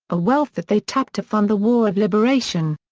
a wealth that they tapped to fund the war of liberation.